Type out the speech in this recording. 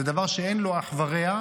זה דבר שאין לו אח ורע.